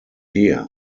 here